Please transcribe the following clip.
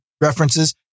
references